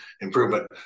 improvement